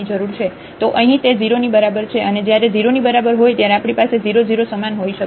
તો અહીં તે 0 ની બરાબર છે અને જ્યારે 0 ની બરાબર હોય ત્યારે આપણી પાસે 0 0 સમાન હોઇ શકે છે